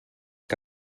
que